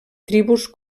tribus